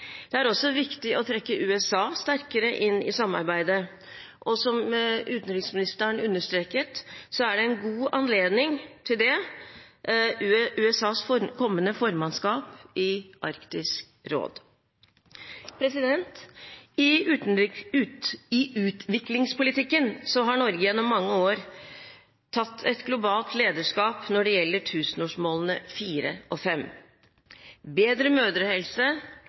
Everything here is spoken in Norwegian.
Det er også viktig å trekke USA sterkere inn i samarbeidet, og som utenriksministeren understreket, er USAs kommende formannskap i Arktisk råd en god anledning til det. I utviklingspolitikken har Norge gjennom mange år tatt et globalt lederskap når det gjelder tusenårsmål nr. 4 og 5 om bedre mødrehelse